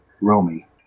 Romy